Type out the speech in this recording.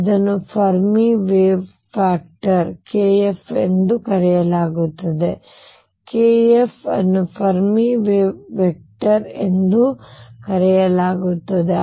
ಇದನ್ನು Fermi wave factor kF ಎಂದು ಕರೆಯಲಾಗುತ್ತದೆ kF ಅನ್ನು ಫೆರ್ಮಿ ವೇವ್ ವೆಕ್ಟರ್ ಎಂದು ಕರೆಯಲಾಗುತ್ತದೆ